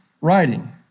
writing